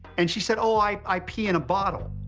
and she said, oh, i i pee in a bottle.